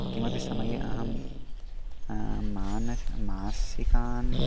किमपि समये अहं मानसं मासिकान्